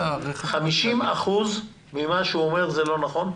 50% ממה שהוא אומר אינו נכון?